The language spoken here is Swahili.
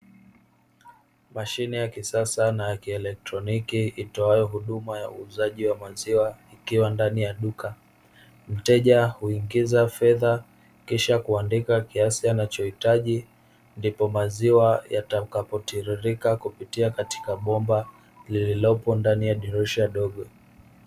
Mashine ya kisasa na ya kieletroniki itoayo huduma ya uuzaji wa maziwa ikiwa ndani ya duka. Mteja huingiza fedha kisha kuandika kiasi anachohitaji ndipo maziwa yatapotitirika kupitia katika bomba lililopo ndani ya dirisha dogo.